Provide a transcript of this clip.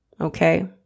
okay